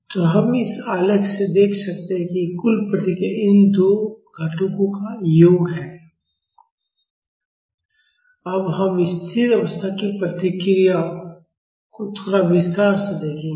तो हम इस आलेख से देख सकते हैं कि कुल प्रतिक्रिया इन दो घटकों का योग है अब हम स्थिर अवस्था की प्रतिक्रिया को थोड़ा विस्तार से देखेंगे